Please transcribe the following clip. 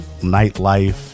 nightlife